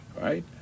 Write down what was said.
right